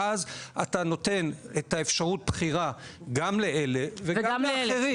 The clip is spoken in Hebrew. ואז אתה נותן את אפשרות הבחירה גם לאלה וגם לאחרים.